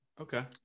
Okay